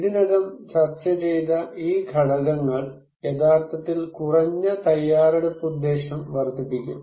ഇതിനകം ചർച്ച ചെയ്ത ഈ ഘടകങ്ങൾ യഥാർത്ഥത്തിൽ കുറഞ്ഞ തയ്യാറെടുപ്പ് ഉദ്ദേശ്യംവർദ്ധിപ്പിക്കും